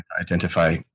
identify